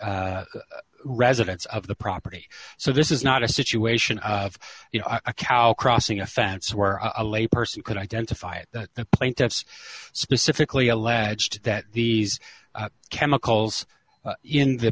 residents of the property so this is not a situation of you know a cow crossing a fence where a lay person could identify it the plaintiffs specifically alleged that these chemicals in the